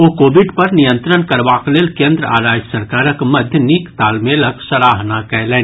ओ Covid पर नियंत्रण करबाक लेल केन्द्र आ राज्य सरकारक मध्य नीक तालमेलक सराहना कयलनि